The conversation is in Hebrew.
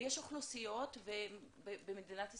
ויש אוכלוסיות במדינת ישראל,